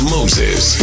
Moses